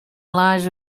lies